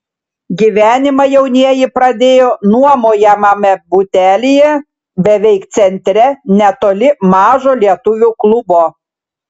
gyvenimą jaunieji pradėjo nuomojamame butelyje beveik centre netoli mažo lietuvių klubo